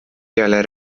peale